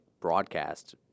broadcast